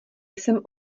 jsem